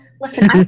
listen